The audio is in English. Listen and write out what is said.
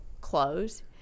clothes